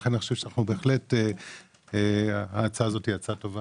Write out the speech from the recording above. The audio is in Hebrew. לכן אני באמת חושב שההצעה הזאת היא הצעה טובה.